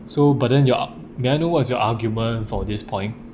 so but then you are may I know what is your argument for this point